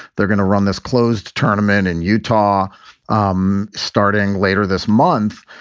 they're going to run this closed tournament in utah um starting later this month.